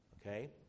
Okay